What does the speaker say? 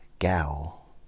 gal